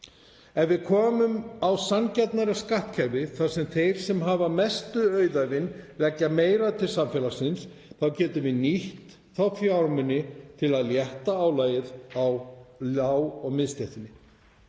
Ef við komum á sanngjarnara skattkerfi þar sem þeir sem hafa mestu auðæfin leggja meira til samfélagsins getum við nýtt þá fjármuni til að létta álagið á miðstéttinni.